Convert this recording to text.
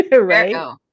Right